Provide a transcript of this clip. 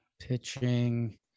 Pitching